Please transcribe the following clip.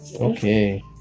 Okay